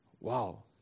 Wow